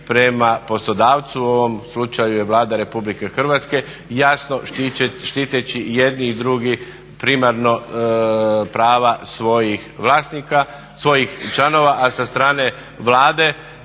prema poslodavcu, u ovom slučaju je Vlada Republike Hrvatske, jasno štiteći i jedni i drugi primarno prava svojih članova, a sa strane Vlade